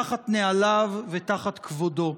תחת נהליו ותחת כבודו.